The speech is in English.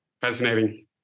Fascinating